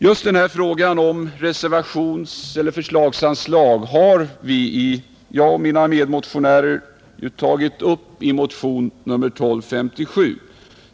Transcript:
Just denna fråga om reservationseller förslagsanslag har jag och mina medmotionärer tagit upp i motion 1257.